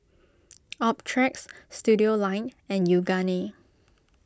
Optrex Studioline and Yoogane